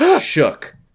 shook